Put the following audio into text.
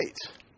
States